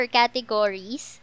categories